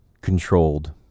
controlled